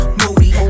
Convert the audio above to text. moody